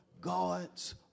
God's